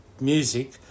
music